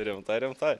rimtai rimtai